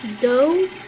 dough